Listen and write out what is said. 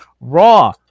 Raw